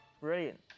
Brilliant